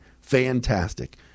Fantastic